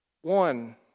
One